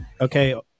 Okay